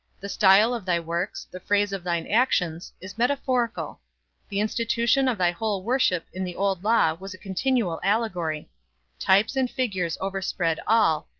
the style of thy works, the phrase of thine actions, is metaphorical the institution of thy whole worship in the old law was a continual allegory types and figures overspread all,